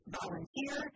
volunteer